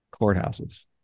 courthouses